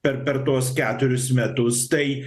per per tuos keturis metus tai